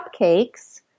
cupcakes